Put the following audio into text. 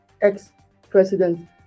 ex-president